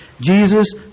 Jesus